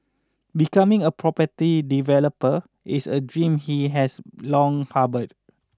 becoming a property developer is a dream he has long harboured